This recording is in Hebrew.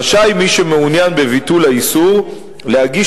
רשאי מי שמעוניין בביטול האיסור להגיש